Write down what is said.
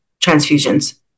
transfusions